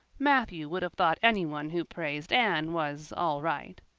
matthew would have thought anyone who praised anne was all right.